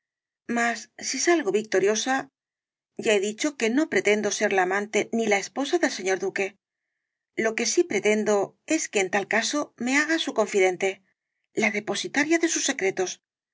mas si salgo victoriosa ya he dicho que no pretendo ser la amante ni la esposa del señor d u q u e lo que sí pretendo es que en tal caso me haga su confidente la depositaría de sus secretos